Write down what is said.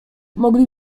mogli